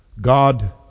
God